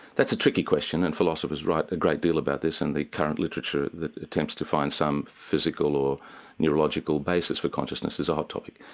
that's a tricky question and philosophers write a great deal about this. and the current literature that attempts to find some physical or neurological basis for consciousness is a hot topic.